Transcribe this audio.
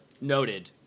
noted